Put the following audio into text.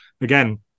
Again